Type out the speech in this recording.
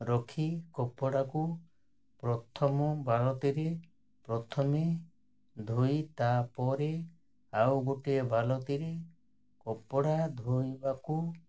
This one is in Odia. ରଖି କପଡ଼ାକୁ ପ୍ରଥମ ବାଲ୍ତିରେ ପ୍ରଥମେ ଧୋଇ ତାପରେ ଆଉ ଗୋଟିଏ ବାଲ୍ତିରେ କପଡ଼ା ଧୋଇବାକୁ